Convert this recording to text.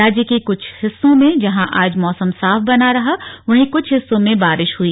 राज्य के कुछ हिस्सों में जहां मौसम साफ बना रहा वहीं कुछ हिस्सों में बारिश हुई